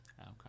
Okay